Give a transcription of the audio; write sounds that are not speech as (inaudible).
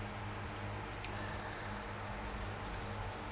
(breath)